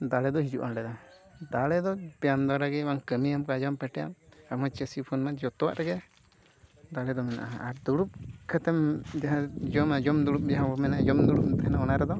ᱫᱟᱲᱮ ᱫᱚ ᱦᱤᱡᱩᱜᱼᱟ ᱚᱸᱰᱮᱫᱚ ᱫᱟᱲᱮ ᱫᱚ ᱵᱮᱭᱟᱢ ᱫᱚᱣᱟᱨᱟᱜᱮ ᱵᱟᱝ ᱠᱟᱹᱢᱤᱭᱟᱢ ᱠᱟᱡᱟᱢ ᱯᱟᱴᱤᱭᱟᱢ ᱟᱢᱦᱚᱸ ᱪᱟᱥᱤ ᱦᱚᱯᱚᱱᱢᱟ ᱡᱚᱛᱚᱣᱟᱜ ᱨᱮᱜᱮ ᱫᱟᱲᱮᱫᱚ ᱢᱮᱱᱟᱜᱼᱟ ᱟᱨ ᱫᱩᱲᱩᱵ ᱠᱟᱛᱮᱢ ᱡᱟᱦᱟᱢ ᱡᱚᱢᱟ ᱡᱚᱢ ᱫᱩᱲᱩᱵ ᱡᱟᱦᱟᱸᱵᱚ ᱢᱮᱱᱮᱜᱼᱟ ᱡᱚᱢ ᱫᱩᱲᱩᱵ ᱮᱢ ᱛᱟᱦᱮᱱᱟ ᱚᱱᱟ ᱨᱮᱫᱚ